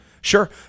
Sure